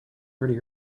pretty